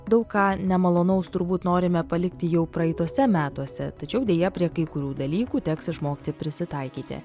daug ką nemalonaus turbūt norime palikti jau praeituose metuose tačiau deja prie kai kurių dalykų teks išmokti prisitaikyti